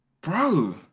bro